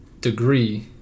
degree